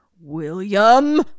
William